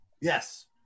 Yes